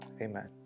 Amen